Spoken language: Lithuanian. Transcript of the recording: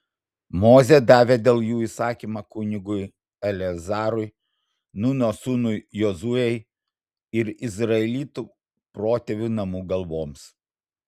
mozė davė dėl jų įsakymą kunigui eleazarui nūno sūnui jozuei ir izraelitų protėvių namų galvoms